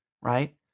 right